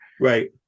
right